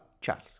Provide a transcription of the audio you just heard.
Charles